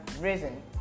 risen